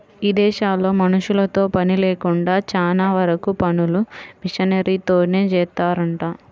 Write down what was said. ఇదేశాల్లో మనుషులతో పని లేకుండా చానా వరకు పనులు మిషనరీలతోనే జేత్తారంట